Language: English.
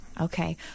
Okay